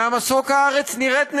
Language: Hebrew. מהמסוק הארץ נראית נהדר,